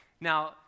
Now